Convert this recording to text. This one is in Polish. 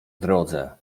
drodze